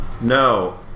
No